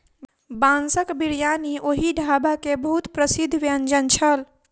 बांसक बिरयानी ओहि ढाबा के बहुत प्रसिद्ध व्यंजन छल